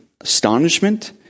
astonishment